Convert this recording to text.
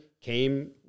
came